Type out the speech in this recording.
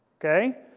okay